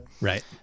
Right